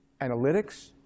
analytics